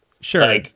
Sure